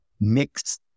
mix